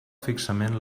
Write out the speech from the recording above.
fixament